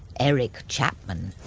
eric chapman.